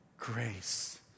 grace